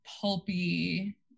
pulpy